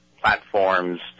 platforms